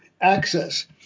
access